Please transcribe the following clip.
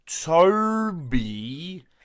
Toby